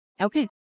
Okay